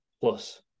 plus